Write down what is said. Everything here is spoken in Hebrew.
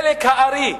חלק הארי,